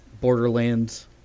Borderlands